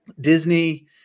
Disney